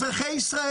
אזרחי ישראל,